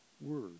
word